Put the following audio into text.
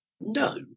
No